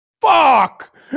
fuck